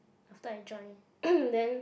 after I join then